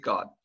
God